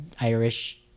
Irish